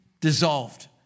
dissolved